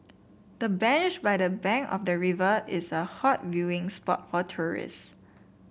the bench by the bank of the river is a hot viewing spot for tourists